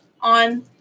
on